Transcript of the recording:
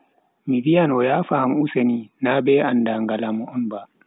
Mi viyan o yafa am useni, na be andaangal am on ba.